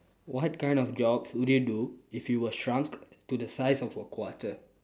what kind of jobs would you do if you were shrunk to the size of a quarter